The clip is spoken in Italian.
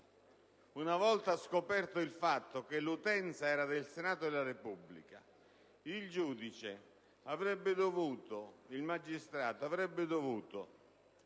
una volta scoperto il fatto che l'utenza era del Senato della Repubblica, avrebbe dovuto